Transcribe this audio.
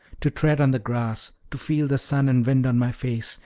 to tread on the grass, to feel the sun and wind on my face,